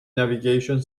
navigation